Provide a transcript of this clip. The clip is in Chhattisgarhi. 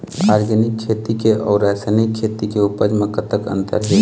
ऑर्गेनिक खेती के अउ रासायनिक खेती के उपज म कतक अंतर हे?